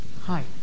Hi